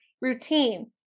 routine